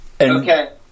Okay